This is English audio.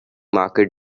market